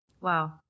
Wow